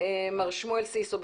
מר שמואל סיסו.